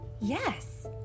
Yes